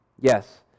Yes